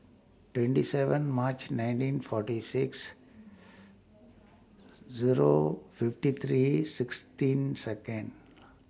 twenty seven March nineteen forty six Zero fifty three sixteen Seconds